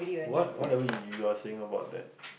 what what are we you are saying about that